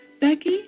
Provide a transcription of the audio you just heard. Becky